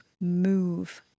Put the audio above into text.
move